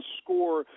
score